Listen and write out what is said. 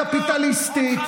מפלגה קפיטליסטית?